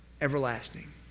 everlasting